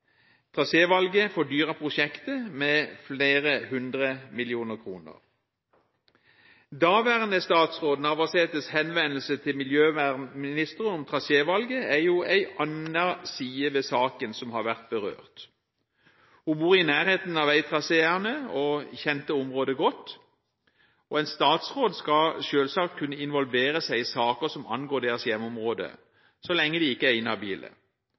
kostnadene. Trasévalget fordyret prosjektet med flere hundre millioner kroner. Daværende statsråd Navarsetes henvendelse til miljøvernministeren om trasévalget er en annen side ved saken som har vært berørt. Hun bor i nærheten av veitraseene og kjente området godt, og en statsråd skal selvsagt kunne involvere seg i saker som angår hans eller hennes hjemmeområde, så lenge de ikke er inhabile.